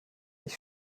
ich